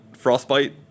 frostbite